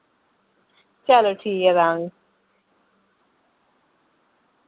चलो ठीक ऐ तां